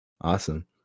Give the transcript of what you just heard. awesome